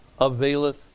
availeth